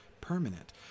permanent